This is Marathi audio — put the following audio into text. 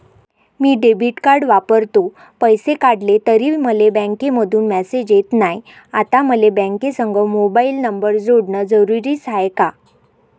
मी डेबिट कार्ड वापरतो, पैसे काढले तरी मले बँकेमंधून मेसेज येत नाय, आता मले बँकेसंग मोबाईल नंबर जोडन जरुरीच हाय का?